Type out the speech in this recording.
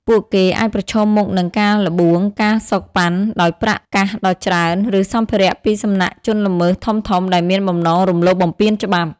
ពួកគេអាចប្រឈមមុខនឹង ការល្បួង ការសូកប៉ាន់ ដោយប្រាក់កាសដ៏ច្រើន ឬសម្ភារៈពីសំណាក់ជនល្មើសធំៗដែលមានបំណងរំលោភបំពានច្បាប់។